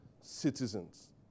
citizens